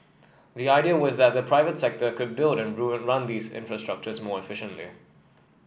the idea was that the private sector could build and run these infrastructures more efficiently